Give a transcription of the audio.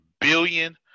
billion